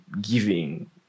giving